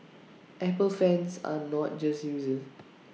Apple fans are not just users